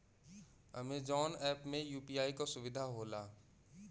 Amazon app में UPI क सुविधा होला